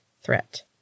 threat